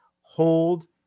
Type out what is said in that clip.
hold